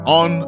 on